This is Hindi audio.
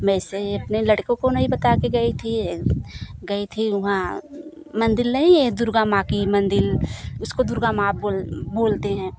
वैसे अपने लड़कों को नहीं बता के गई थी गई थी वहाँ मंदिर नहीं दुर्गा माँ की मंदिर उसको दुर्गा माँ बोल बोलते हैं